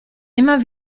immer